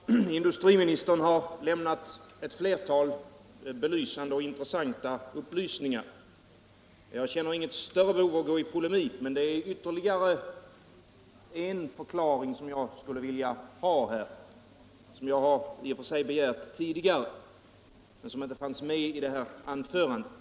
Herr talman! Industriministern har lämnat ett flertal belysande och intressanta upplysningar. Jag känner inget större behov av att gå i polemik med honom, men det är ytterligare en förklaring som jag skulle vilja ha — jag har begärt den tidigare men den finns inte med i industriministerns anförande.